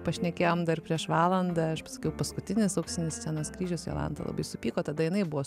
pašnekėjom dar prieš valandą aš paskiau paskutinis auksinis scenos kryžius jolanta labai supyko tada jinai buvo